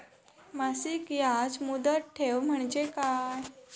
मासिक याज मुदत ठेव म्हणजे काय?